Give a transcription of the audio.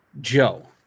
joe